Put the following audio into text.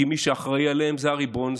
כי מי שאחראי עליהן זה הריבון,